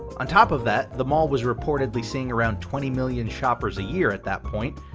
on top of that, the mall was reportedly seeing around twenty million shoppers a year at that point,